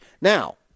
Now